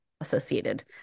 associated